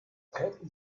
treten